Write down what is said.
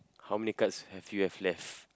how many cards have you have left